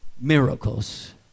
miracles